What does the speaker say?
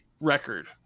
record